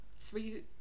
three